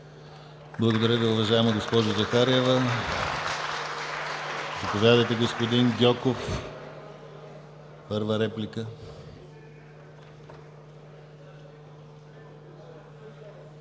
Благодаря Ви, уважаема госпожо Захариева. Заповядайте, господин Гьоков – първа реплика.